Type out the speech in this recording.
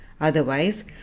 Otherwise